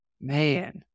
man